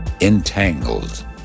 entangled